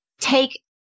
take